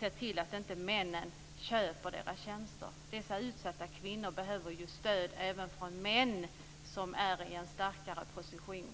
ser till att inte männen köper deras tjänster. Dessa utsatta kvinnor behöver ju stöd även från män som är i en starkare position.